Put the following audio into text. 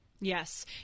Yes